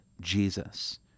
Jesus